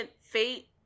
Fate